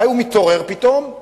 מתי הוא מתעורר פתאום?